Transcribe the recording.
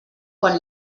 quan